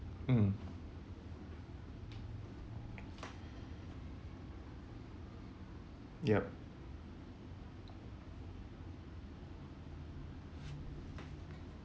mm yup